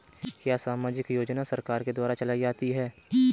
क्या सामाजिक योजना सरकार के द्वारा चलाई जाती है?